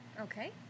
Okay